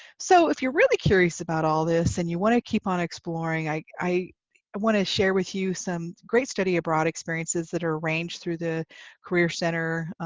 so, if you're really curious about all this, and you want to keep on exploring, i i want to share with you some great study abroad experiences that are arranged through the career center.